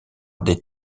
des